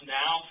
now